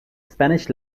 spanish